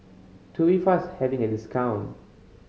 Tubifast having a discount